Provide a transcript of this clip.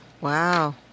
Wow